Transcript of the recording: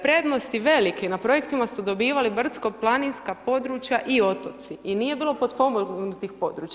Prednosti velike na projektima su dobivali brdsko-planinska područja i otoci i nije bilo potpomognutih područja.